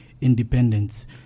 independence